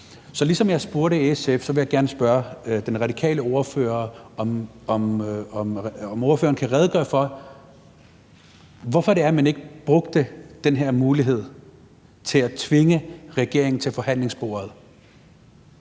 Så ligesom jeg spurgte SF, vil jeg gerne spørge den radikale ordfører, om ordføreren kan redegøre for, hvorfor man ikke brugte den her mulighed til at tvinge regeringen til forhandlingsbordet.